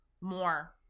more